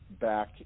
back